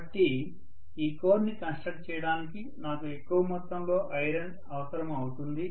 కాబట్టి ఈ కోర్ ని కన్స్ట్రక్ట్ చేయడానికి నాకు ఎక్కువ మొత్తంలో ఐరన్ అవసరము అవుతుంది